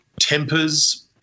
tempers